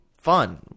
fun